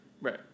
Right